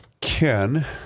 Ken